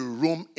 room